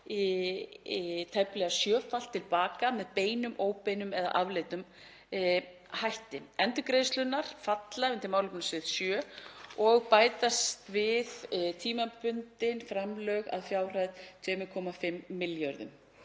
í tæplega sjöfalt til baka með beinum og óbeinum eða afleiddum hætti. Endurgreiðslurnar falla undir málefnasvið 7 og bætast við tímabundin framlög að fjárhæð 2,5 milljarðar